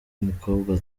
mukobwa